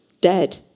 dead